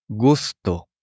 gusto